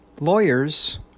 Lawyers